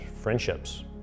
friendships